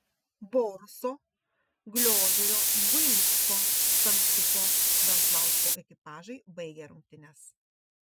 boruso gliožerio buinicko kamsiuko venslausko ekipažai baigė rungtynes